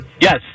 Yes